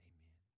Amen